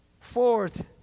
Fourth